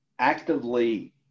Actively